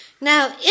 Now